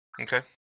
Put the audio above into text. Okay